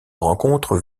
rencontre